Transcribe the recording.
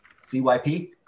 C-Y-P